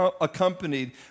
accompanied